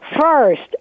First